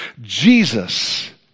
Jesus